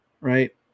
Right